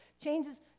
changes